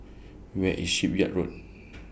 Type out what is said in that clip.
Where IS Shipyard Road